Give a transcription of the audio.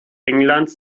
englands